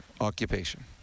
occupation